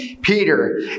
Peter